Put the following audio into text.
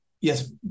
yes